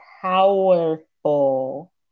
powerful